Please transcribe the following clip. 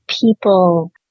people